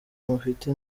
mufite